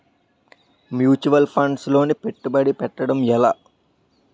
Mutual funds లో పెట్టుబడి పెట్టడం ఎలా?